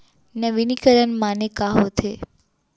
नवीनीकरण माने का होथे?